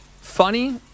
funny